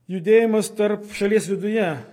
judėjimas tarp šalies viduje